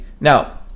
now